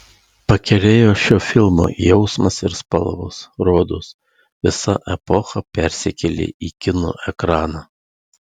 pakerėjo šio filmo jausmas ir spalvos rodos visa epocha persikėlė į kino ekraną